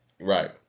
Right